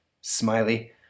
Smiley